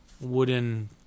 wooden